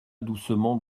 doucement